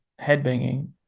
headbanging